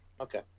Okay